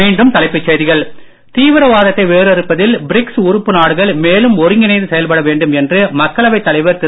மீண்டும் தலைப்புச் செய்திகள் தீவிரவாதத்தை வேரறுப்பதில் பிரிக்ஸ் உறுப்பு நாடுகள் மேலும் ஒருங்கிணைந்து செயல்பட வேண்டும் என்று மக்களவைத் தலைவர் திரு